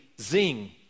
zing